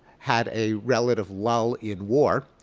had a relative lull in war.